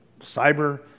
cyber